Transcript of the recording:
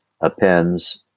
appends